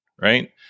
right